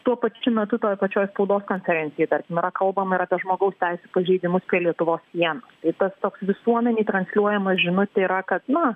tuo pačiu metu toj pačioj spaudos konferencijoj tarkim yra kalbama ir apie žmogaus teisių pažeidimus prie lietuvos sienų ir tas toks visuomenei transliuojama žinutė yra kad na